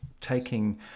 taking